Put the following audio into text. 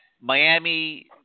Miami